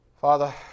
Father